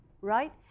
right